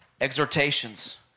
Exhortations